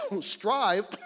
Strive